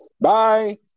Bye